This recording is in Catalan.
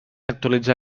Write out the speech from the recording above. actualitzar